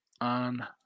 on